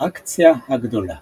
האקציה הגדולה